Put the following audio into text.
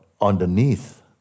underneath